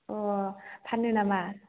अ फानो नामा